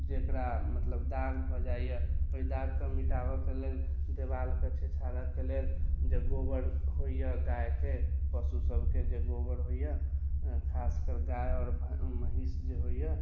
जकरा मतलब दाग भऽ जाइए ओइ दागके मिटाबैके लेल दीवारपर छछारऽके लेल गोबर होइए गायके पशु सबके जे गोबर होइए खास कर गाय आओर महींस जे होइए